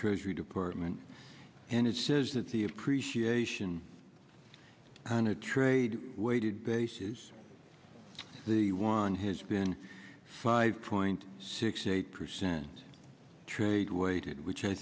treasury department and it says that the appreciation on a trade weighted basis the one has been five point six eight percent trade weighted which i